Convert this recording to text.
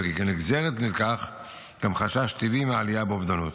וכנגזרת לכך יש גם חשש טבעי מעלייה באובדנות.